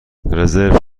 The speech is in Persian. رزرو